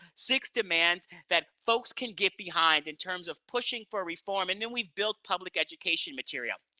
six demands that folks can get behind in terms of pushing for reform, and then we've built public education material.